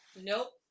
Nope